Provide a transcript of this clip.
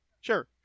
Sure